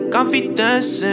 Confidence